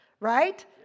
right